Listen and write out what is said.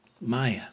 maya